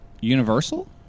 Universal